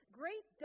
great